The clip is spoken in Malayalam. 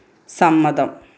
സമ്മതം